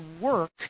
work